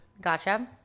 Gotcha